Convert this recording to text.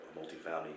multi-family